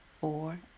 four